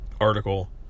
article